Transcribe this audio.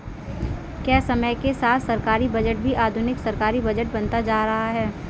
क्या समय के साथ सरकारी बजट भी आधुनिक सरकारी बजट बनता जा रहा है?